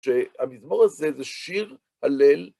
שהמזמור הזה זה שיר הלל.